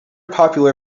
popular